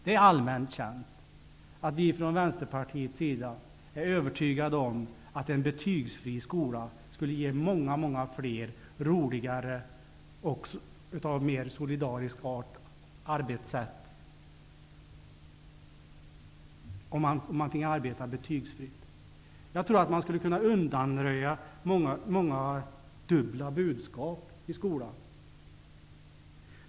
Det är allmänt känt att vi i Vänsterpartiet är övertygade om att skolan skulle innehålla många fler, roligare och mera solidariska arbetssätt, om den finge arbeta betygsfritt. Jag tror att man på det sättet skulle kunna undanröja många dubbla budskap i skolan.